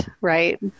right